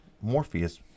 Morpheus